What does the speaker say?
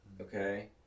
Okay